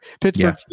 Pittsburgh